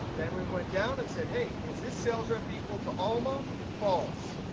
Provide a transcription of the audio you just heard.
then we went down and said hey, is this sales rep equal to alma? false.